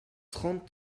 trente